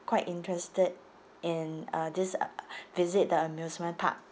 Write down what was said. quite interested in uh this uh visit the amusement park